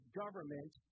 government